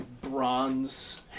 bronze